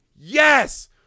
yes